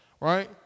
right